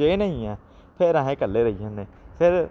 जे नेईं ऐ फिर असें कल्ले रेही जन्ने फिर